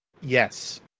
yes